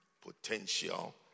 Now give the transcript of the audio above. potential